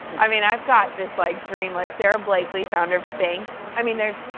i mean, i've got this like dream list. sara blakely, founder of spanx. i mean, there's.